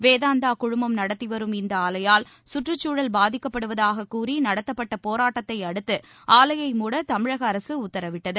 வேதாந்தா குழுமம் நடத்திவரும் இந்த ஆலையால் கற்றுச்சூழல் பாதிக்கப்படுவதாக கூறி நடத்தப்பட்டப் போராட்டத்தை அடுத்து ஆலையை மூட தமிழக அரசு உத்தரவிட்டது